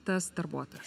tas darbuotojas